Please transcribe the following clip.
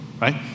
right